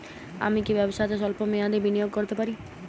আমি কি ব্যবসাতে স্বল্প মেয়াদি বিনিয়োগ করতে পারি?